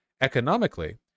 Economically